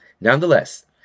Nonetheless